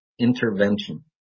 intervention